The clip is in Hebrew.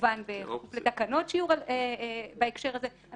כמובן בכפוף לתקנות שיהיו בהקשר הזה.